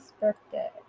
birthday